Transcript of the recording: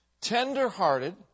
tender-hearted